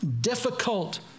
difficult